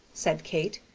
said kate,